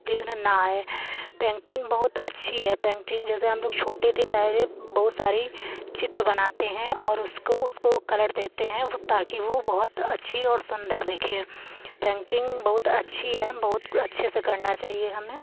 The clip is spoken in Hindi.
विघ्न ना आए पेंटिंग बहुत अच्छी है पेंटिंग जैसे हम लोग छोटे थे पहले बहुत सारी चित्र बनाते हैं और उसको उसको कलर देते हैं वो ताकि वो बहुत अच्छी और सुंदर दिखे पेंटिंग बहुत अच्छी है बहुत अच्छे से करना चाहिए हमें